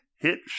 hit